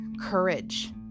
courage